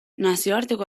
nazioarteko